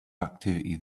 activity